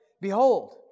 behold